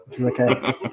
Okay